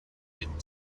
eat